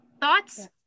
thoughts